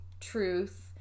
truth